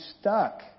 stuck